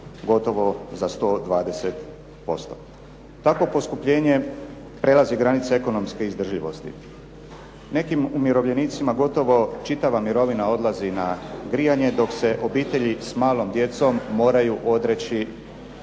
gotovo za 120%. Takvo poskupljenje prelazi granice ekonomske izdržljivosti. Nekim umirovljenicima gotovo čitava mirovina odlazi na grijanje, dok se obitelji s malom djecom moraju odreći